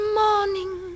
morning